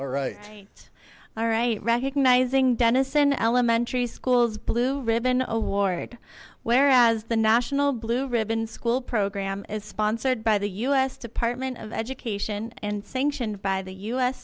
alright alright recognizing denison elementary schools blue ribbon award whereas the national blue ribbon school program is sponsored by the u s department of education and sanctioned by the u